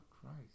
christ